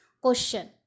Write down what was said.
Question